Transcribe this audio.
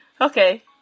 Okay